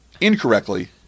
incorrectly